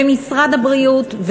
במשרד הבריאות,